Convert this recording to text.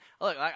Look